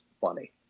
funny